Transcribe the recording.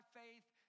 faith